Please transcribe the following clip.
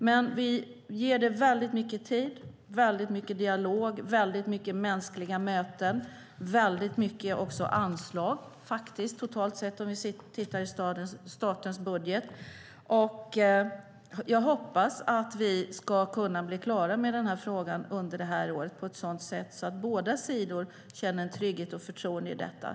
Men vi ger det väldigt mycket tid och väldigt mycket av dialog, mänskliga möten och även anslag i statens budget totalt sett. Jag hoppas att vi ska kunna bli klara med frågan under det här året på ett sådant sätt att båda sidor känner trygghet och förtroende i detta.